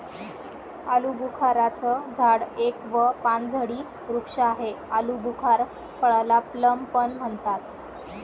आलूबुखारा चं झाड एक व पानझडी वृक्ष आहे, आलुबुखार फळाला प्लम पण म्हणतात